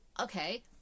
okay